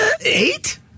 eight